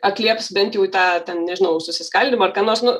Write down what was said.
atlieps bent jau į tą ten nežinau susiskaldymą ar ką nors nu